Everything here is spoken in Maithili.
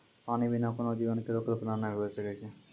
पानी बिना कोनो जीवन केरो कल्पना नै हुए सकै छै?